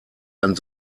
ein